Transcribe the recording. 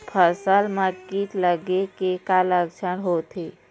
फसल म कीट लगे के का लक्षण होथे?